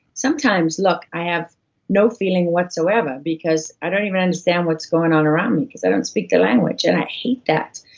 sometimes, look, i have no feeling whatsoever because i don't even understand what's going on around me, because i don't speak the language, and i hate that.